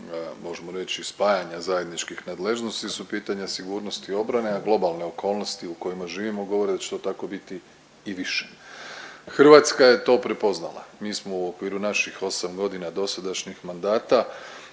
možemo reći i spajanja zajedničkih nadležnosti su pitanja sigurnosti i obrane, a globalne okolnosti u kojima živimo da će to tako biti i više. Hrvatska je to prepoznala. Mi smo u okviru naših osam godina dosadašnjih mandata